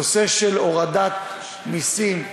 הנושא של הורדת מסים,